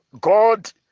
God